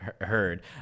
heard